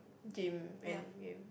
gym and game